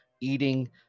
eating